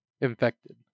Infected